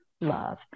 love